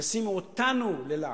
ישימו אותנו ללעג,